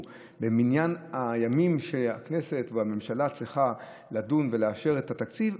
במניין הימים שבהם הכנסת והממשלה צריכות לדון ולאשר את התקציב,